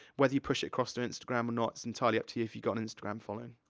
whether you push it across to instagram or not, it's entirely up to you, if you've got instagram following.